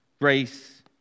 grace